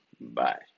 Bye